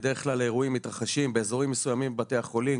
בדרך כלל אירועים מתרחשים באזורים מסוימים בתי החולים,